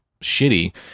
shitty